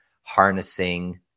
harnessing